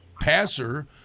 passer